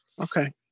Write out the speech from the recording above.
okay